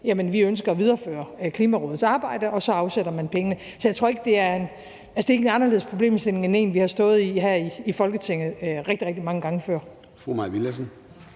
sige: Vi ønsker at videreføre Klimarådets arbejde, og så afsætter man pengene. Det er ikke en anderledes problemstilling end en, vi har stået i her i Folketinget rigtig, rigtig mange gange før. Kl. 13:22 Formanden